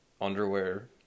underwear